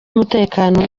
umutekano